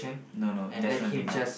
no no definitely not